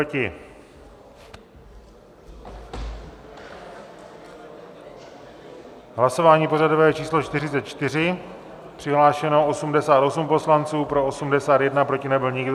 V hlasování pořadové číslo 44 přihlášeno 88 poslanců, pro 81, proti nebyl nikdo.